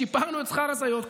שיפרנו את שכר הסייעות.